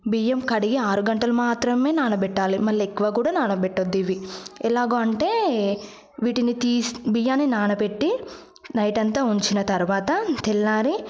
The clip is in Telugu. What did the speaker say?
బియ్యం కడిగి ఆరు గంటలు మాత్రమే నానబెట్టాలి మళ్ళీ ఎక్కువ కూడా నానబెట్టకూడదు ఇవి ఎలాగో అంటే వీటిని తీసి బియ్యాన్ని నానబెట్టి నైట్ అంతా ఉంచిన తర్వాత తెల్లారి